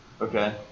Okay